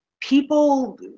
People